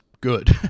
good